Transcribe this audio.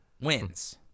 wins